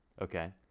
Okay